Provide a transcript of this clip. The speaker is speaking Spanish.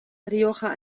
rioja